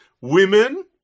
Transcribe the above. Women